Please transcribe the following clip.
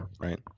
Right